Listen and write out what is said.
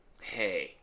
Hey